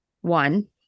One